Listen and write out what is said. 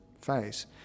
face